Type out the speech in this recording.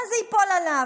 אלא זה ייפול עליו.